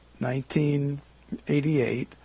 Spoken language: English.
1988